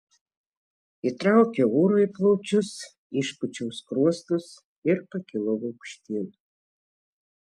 įtraukiau oro į plaučius išpūčiau skruostus ir pakilau aukštyn